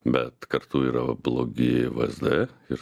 bet kartu yra blogi vsd ir